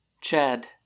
Chad